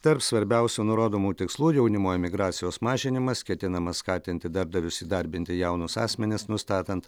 tarp svarbiausių nurodomų tikslų jaunimo emigracijos mažinimas ketinama skatinti darbdavius įdarbinti jaunus asmenis nustatant